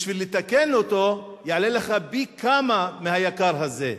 לתקן יעלה לך פי-כמה מהיקר הזה.